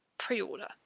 pre-order